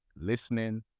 listening